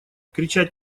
кричать